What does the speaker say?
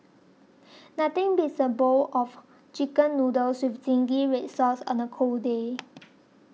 nothing beats a bowl of Chicken Noodles with Zingy Red Sauce on a cold day